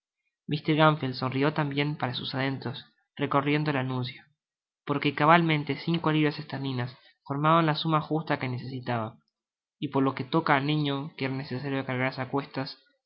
mr gamfield sonrió tambien para sus adentros recorriendo el anuncio porque cabalmente cinco libras esterlinas formaban la suma justa que necesitaba y por lo que toca al niño que era necesario cargarse á cuestas el